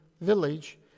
village